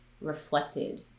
reflected